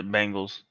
Bengals